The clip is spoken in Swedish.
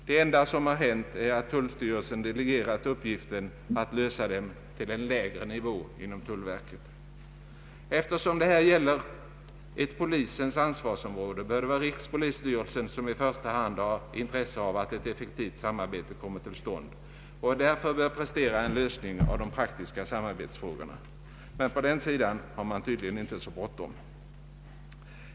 Det enda som har hänt är att tullstyrelsen delegerat uppgiften att lösa dem till en lägre nivå inom tullverket. Eftersom det här gäller polisens ansvarsområde, bör det vara rikspolisstyrelsen som i första hand har intresse av att ett effektivt samarbete kommer till stånd och därför bör prestera en lösning av de praktiska samarbetsfrågorna. Men på den sidan har man tydligen inte så bråttom.